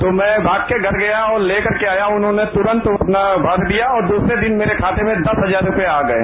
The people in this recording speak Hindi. तो मैं भाग के घर गया और लेकर के आया उन्होंने तुरंत अपना भर दिया और दूसरे दिन मेरे खाते में दस हजार रुपये आ गए